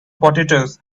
potatoes